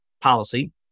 policy